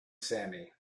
sammy